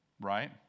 Right